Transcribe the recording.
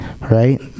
right